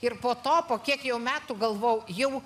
ir po to po kiek jau metų galvojau jau